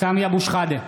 סמי אבו שחאדה,